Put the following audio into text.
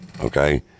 okay